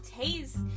taste